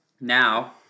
now